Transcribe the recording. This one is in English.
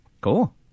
Cool